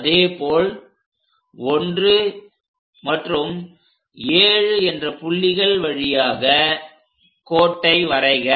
அதேபோல் 1 மற்றும் 7 என்ற புள்ளிகள் வழியாக கோட்டை வரைக